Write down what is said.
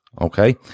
Okay